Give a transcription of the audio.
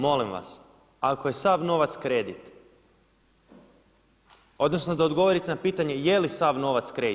Molim vas, ako je sa novac kredit, odnosno da odgovorite na pitanje je li sav novac kredit?